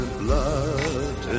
blood